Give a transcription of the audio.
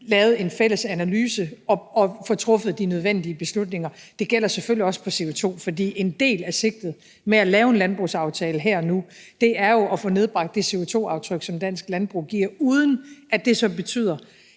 lavet en fælles analyse og får truffet de nødvendige beslutninger. Det gælder selvfølgelig også på CO2, fordi en del af sigtet med at lave en landbrugsaftale her og nu jo er at få nedbragt det CO2-aftryk, som dansk landbrug giver, uden at det så betyder,